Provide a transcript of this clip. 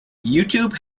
youtube